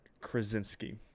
Krasinski